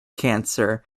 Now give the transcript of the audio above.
cancer